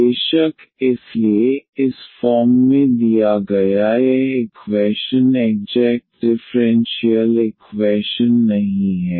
बेशक इसलिए इस फॉर्म में दिया गया यह इक्वैशन एग्जेक्ट डिफ़्रेंशियल इक्वैशन नहीं है